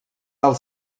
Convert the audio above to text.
alt